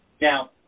Now